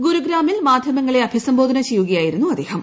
ഗുരുഗ്രാമിൽ മാധ്യമങ്ങളെ അഭിസംബ്ലോധന ചെയ്യുകയായിരുന്നു അദ്ദേഹം